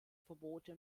verbote